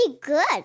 good